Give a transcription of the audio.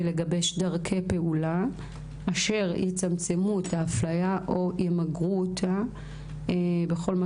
לגבש דרכי פעולה שיצמצמו את האפליה או ימגרו אותה בכל מה